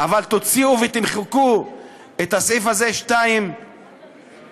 אבל תוציאו ותמחקו את הסעיף הזה 2(1),